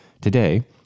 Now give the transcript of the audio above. today